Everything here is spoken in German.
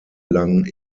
lang